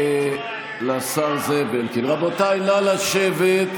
תודה רבה, אדוני היושב-ראש.